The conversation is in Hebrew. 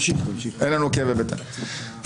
ההסתייגות הוסרה.